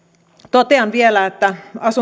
totean vielä että